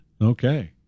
Okay